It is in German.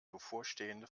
bevorstehende